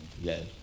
Yes